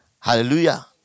Hallelujah